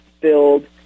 build